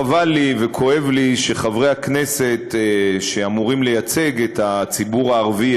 חבל לי וכואב לי שחברי הכנסת שאמורים לייצג את הציבור הערבי,